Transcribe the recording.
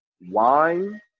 wine